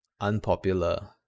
unpopular